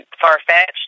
far-fetched